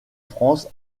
france